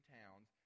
towns